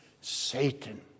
Satan